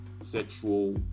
sexual